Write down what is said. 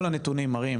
כל הנתונים מראים,